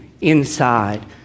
inside